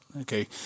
Okay